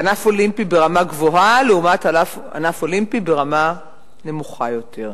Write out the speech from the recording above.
ענף אולימפי ברמה גבוהה לעומת ענף אולימפי ברמה נמוכה יותר,